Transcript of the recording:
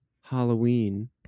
Halloween